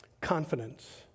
confidence